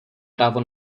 právo